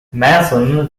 mason